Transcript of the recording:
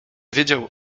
wiedział